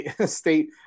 State